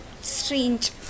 strange